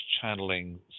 channeling